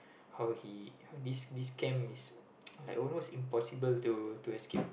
how he this this camp is like almost impossible to to escape